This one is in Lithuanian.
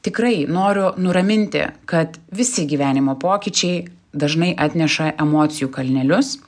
tikrai noriu nuraminti kad visi gyvenimo pokyčiai dažnai atneša emocijų kalnelius